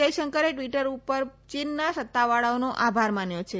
જયશંકરે ટ્વીટર ઉપર ચીનના સત્તાવાળોઓનો આભાર માન્યો છે